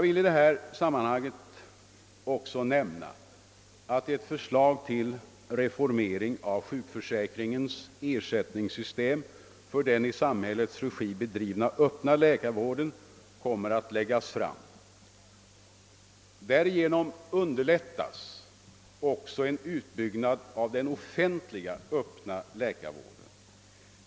I detta sammanhang vill jag också nämna att ett förslag till reformering av sjukförsäkringens ersättningssystem för den i samhällets regi bedrivna öppna läkarvården kommer att läggas fram. Därigenom underlättas också en utbygg nad av den offentliga öppna läkarvården.